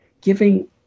giving